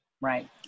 right